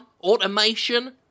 automation